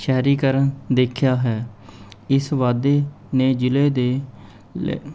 ਸ਼ਹਿਰੀਕਰਨ ਦੇਖਿਆ ਹੈ ਇਸ ਵਾਧੇ ਨੇ ਜ਼ਿਲ੍ਹੇ ਦੇ ਲੇ